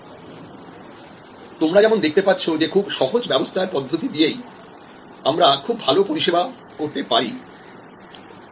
যেমন তোমরা দেখতে পাচ্ছ যে খুব সহজ ব্যবস্থার পদ্ধতি দিয়েই আমরা খুব ভালো পরিষেবা করতে পারি